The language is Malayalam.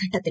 ഘട്ടത്തിൽ